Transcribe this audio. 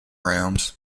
rams